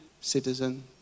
citizen